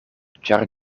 ĉar